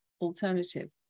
alternative